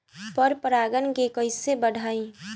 पर परा गण के कईसे बढ़ाई?